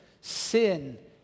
sin